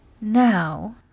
Now